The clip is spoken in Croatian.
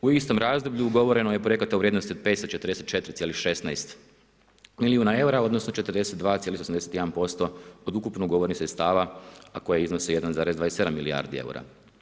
U istom razdoblju ugovoreno je projekata u vrijednosti od 544,16 milijuna eura, odnosno 42,81% od ukupno ugovorenih sredstava, a koje iznose 1,27 milijardi eura.